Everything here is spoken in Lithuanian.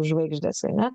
žvaigždės ane